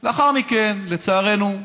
לאחר מכן, לצערנו,